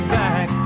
back